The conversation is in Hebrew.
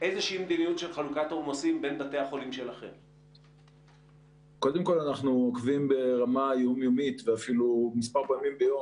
תוך כדי שאנחנו מדברים מסתובבים מדביקי-על